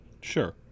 sure